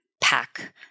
pack